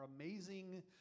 amazing